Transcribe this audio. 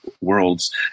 worlds